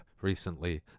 recently